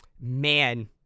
man